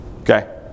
okay